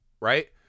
right